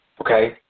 Okay